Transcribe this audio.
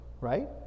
right